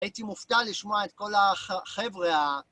הייתי מופתע לשמוע את כל החבר'ה